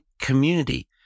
community